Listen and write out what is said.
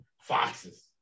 foxes